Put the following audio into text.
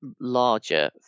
larger